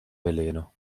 veleno